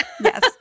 Yes